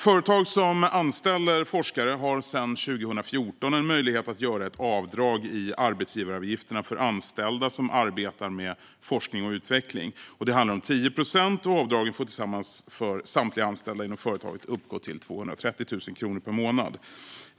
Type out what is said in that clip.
Företag som anställer forskare har sedan 2014 en möjlighet att göra ett avdrag i arbetsgivaravgifterna för anställda som arbetar med forskning och utveckling. Det handlar om 10 procent, och avdragen får tillsammans för samtliga anställda inom företaget uppgå till 230 000 kronor per månad.